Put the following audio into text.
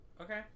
Okay